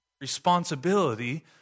responsibility